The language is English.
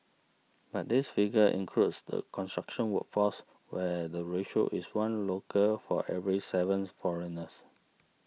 but this figure includes the construction workforce where the ratio is one local for every sevens foreigners